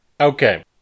Okay